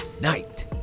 Night